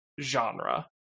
genre